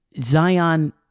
Zion